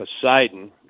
Poseidon